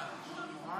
לא.